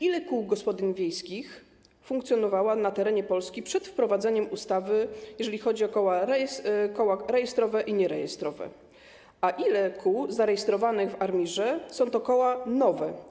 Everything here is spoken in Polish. Ile kół gospodyń wiejskich funkcjonowało na terenie Polski przed wprowadzeniem ustawy, jeżeli chodzi o koła rejestrowe i nierejestrowe, a ile kół zarejestrowanych w ARiMR to koła nowe?